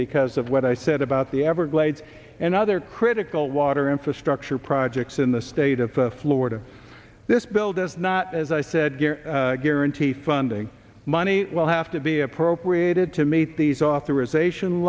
because of what i said about the everglades and other critical water infrastructure projects in the state of florida this bill does not as i said guarantee funding money will have to be appropriated to meet these